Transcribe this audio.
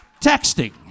Texting